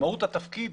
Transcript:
מהות התפקיד